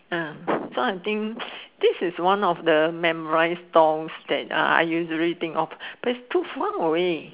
uh so I think this is one of the memorize stalls I usually think of but its too far away